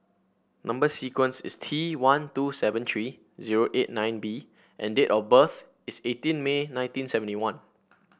number sequence is T one two seven three zero eight nine B and date of birth is eighteen May nineteen seventy one